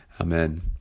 Amen